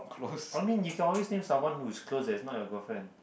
I mean you can always name someone who is close that is not your girlfriend